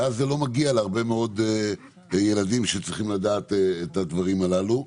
ואז זה לא מגיע להרבה מאוד ילדים שצריכים לדעת את הדברים הללו.